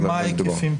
מה ההיקפים.